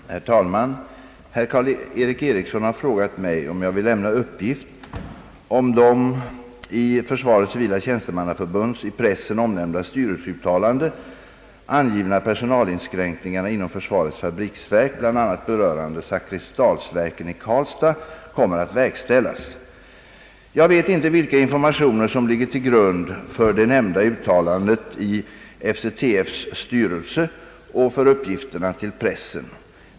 Herr talman! Herr Karl-Erik Eriksson har frågat mig om jag vill lämna uppgift om de i Försvarets civila tjänstemannaförbunds i pressen omnämnda styrelseuttalande angivna personalinskränkningarna inom försvarets fabriksverk, bl.a. berörande Zakrisdalsverken i Karlstad, kommer att verkställas. Jag vet inte vilka informationer som ligger till grund för det nämnda uttalandet av FCTF:s styrelse och för uppgifterna till pressen.